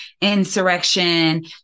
insurrection